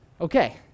Okay